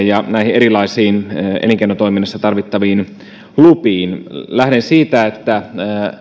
ja näihin erilaisiin elinkeinotoiminnassa tarvittaviin lupiin lähden siitä että